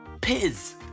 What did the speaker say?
piz